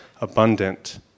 abundant